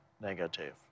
negative